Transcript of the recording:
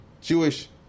Jewish